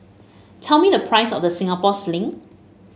tell me the price of The Singapore Sling